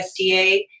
USDA